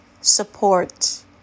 support